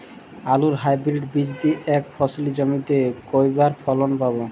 আলুর হাইব্রিড বীজ দিয়ে এক ফসলী জমিতে কয়বার ফলন পাব?